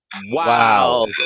Wow